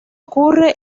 ocurre